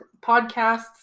podcasts